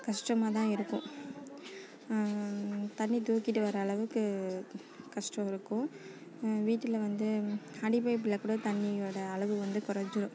கஷ்டமாக தான் இருக்கும் தண்ணீர் தூக்கிகிட்டு வர அளவுக்கு கஷ்டம் இருக்கும் வீட்டில் வந்து அடி பைப்பில் கூட தண்ணியோட அளவு வந்து கொறைஞ்சிரும்